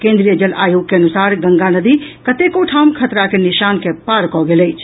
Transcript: केन्द्रीय जल आयोग के अनुसार गंगा नदी कतेको ठाम खतरा के निशान के पार कऽ गेल अछि